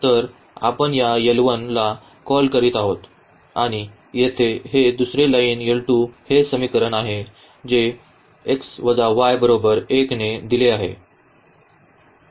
तर आपण या ला कॉल करीत आहोत आणि येथे हे दुसरे लाइनचे हे समीकरण आहे जे ने दिले आहे